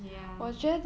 ya